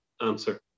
answer